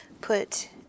put